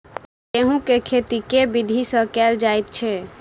गेंहूँ केँ खेती केँ विधि सँ केल जाइत अछि?